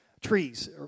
trees